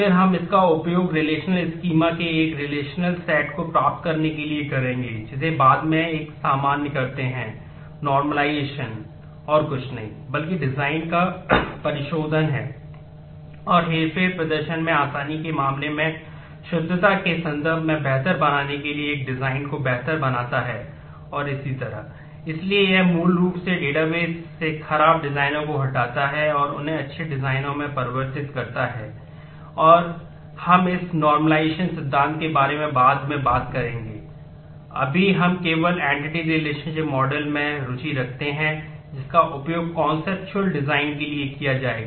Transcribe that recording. फिर हम इसका उपयोग रिलेशनल स्कीमा के लिए आधार प्रदान करेगा